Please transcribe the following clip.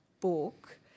book